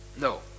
No